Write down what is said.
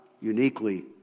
uniquely